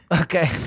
Okay